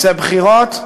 רוצה בחירות?